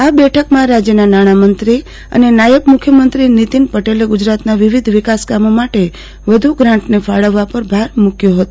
ઓ બઠકમાં રાજ્યના નાણામંત્રી અને નાયબ મુખ્યમંત્રી નીતિન પટેલે ગુજરાતના વિવિધ વિકાસ કામો માટે વધુ ગ્રાન્ટ ફાળવવા પર ભાર મુક્યો હતો